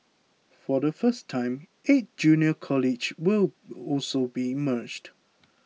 for the first time eight junior colleges will also be merged